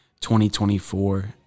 2024